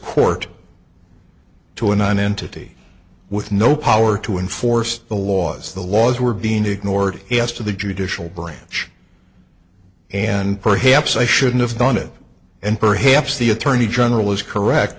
court to a non entity with no power to enforce the laws the laws were being ignored yes to the judicial branch and perhaps i shouldn't have done it and perhaps the attorney general is correct